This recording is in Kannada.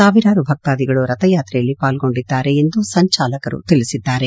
ಸಾವಿರಾರು ಭಕ್ತಾದಿಗಳು ರಥಯಾತ್ರೆಯಲ್ಲಿ ಪಾಲ್ಗೊಂಡಿದ್ದಾರೆ ಎಂದು ಸಂಚಾಲಕರು ತಿಳಿಸಿದ್ದಾರೆ